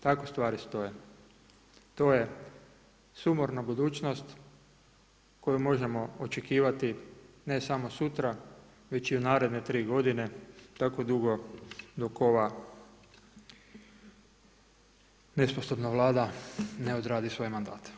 Tako stvari stoje, to je sumorna budućnost koju možemo očekivati ne samo sutra već i u naredne 3 godine tako dugo dok ova nesposobna Vlada ne odradi svoje mandate.